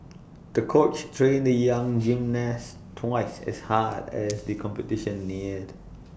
the coach trained the young gymnast twice as hard as the competition neared